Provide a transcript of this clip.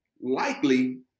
likely